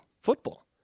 football